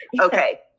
Okay